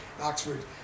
Oxford